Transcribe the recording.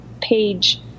page